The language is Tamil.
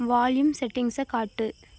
வால்யூம் செட்டிங்ஸை காட்டு